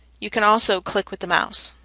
you can also click with the mouse.